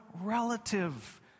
relative